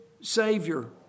Savior